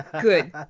Good